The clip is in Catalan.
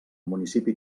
municipi